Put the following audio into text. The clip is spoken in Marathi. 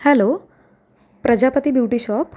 hello Prajapati beauty shop